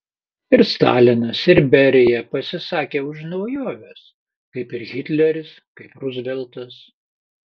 ir stalinas ir berija pasisakė už naujoves kaip ir hitleris kaip ruzveltas